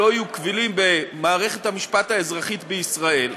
לא יהיו קבילים במערכת המשפט האזרחית בישראל,